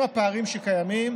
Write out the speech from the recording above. עם הפערים שקיימים,